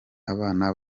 abana